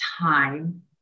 time